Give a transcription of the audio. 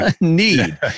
need